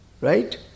right